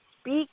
speak